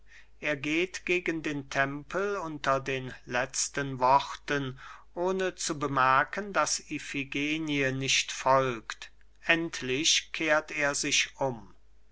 er geht gegen den tempel unter den letzten worten ohne zu bemerken daß iphigenie nicht folgt endlich kehrt er sich um